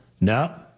No